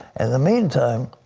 and the meantime,